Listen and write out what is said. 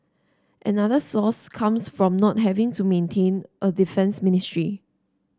another source comes from not having to maintain a defence ministry